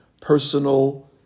personal